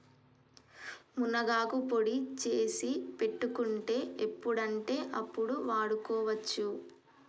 మునగాకు పొడి చేసి పెట్టుకుంటే ఎప్పుడంటే అప్పడు వాడుకోవచ్చు